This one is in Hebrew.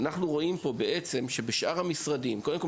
אנחנו בעצם רואים פה שבשאר המשרדים קודם כל,